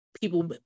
people